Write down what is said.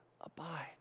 abide